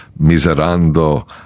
miserando